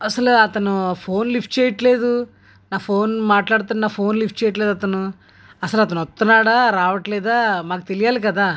అసలే అతను phone lift చేయటం లేదు నా ఫోన్ మాట్లాడుతున్న ఫోన్ లిఫ్ట్ చేయటం లే దు అసలు అతను వస్తున్నాడా రావటం లేదా మాకు తెలియాలి కదా